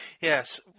Yes